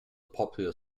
popular